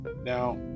Now